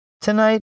tonight